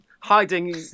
hiding